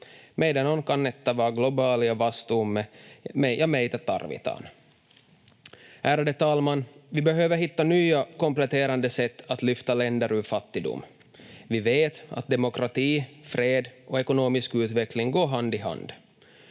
Meidän on kannettava globaali vastuumme, ja meitä tarvitaan. Ärade talman! Vi behöver hitta nya kompletterande sätt att lyfta länder ur fattigdom. Vi vet att demokrati, fred och ekonomisk utveckling går hand i hand.